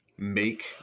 make